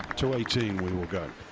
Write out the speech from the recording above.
to eighteen we'll we'll go.